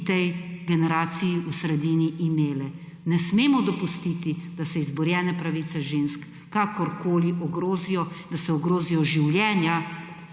v tej generacijo v sredini imele. Ne smemo dopustiti, da se izborjene pravice ženske kakorkoli ogrozijo, da se ogrozijo življenja